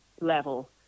level